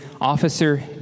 Officer